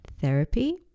therapy